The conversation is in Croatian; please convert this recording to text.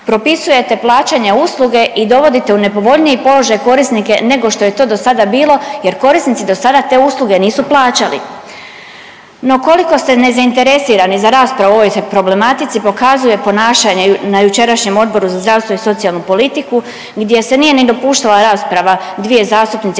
Propisujete plaćanja usluge i dovodite u nepovoljniji položaj korisnike nego što je to dosada bilo jer korisnici dosada te usluge nisu plaćali. No, koliko ste nezainteresirani za raspravu o ovoj problematici pokazuje ponašanje na jučerašnjem Odboru za zdravstvo i socijalnu politiku gdje se nije ni dopuštala rasprava dvije zastupnice